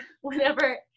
whenever